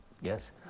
Yes